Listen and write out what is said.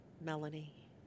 Melanie